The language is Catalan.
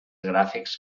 gràfics